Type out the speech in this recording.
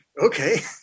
okay